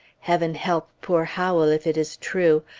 heaven help poor howell, if it is true.